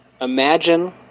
imagine